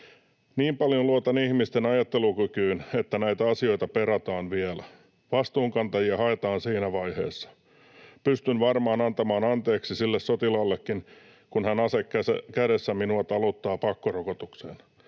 Niin paljon luotan ihmisten ajattelukykyyn, että näitä asioita perataan vielä. Vastuunkantajia haetaan siinä vaiheessa. Pystyn varmaan antamaan anteeksi sille sotilaallekin, kun hän ase kädessä minua taluttaa pakkorokotukseen.